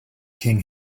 king